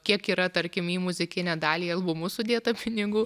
kiek yra tarkim į muzikinę dalį į albumus sudėta pinigų